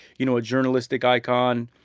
you know, a journalistic icon.